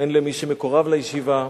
הן למי שמקורב לישיבה,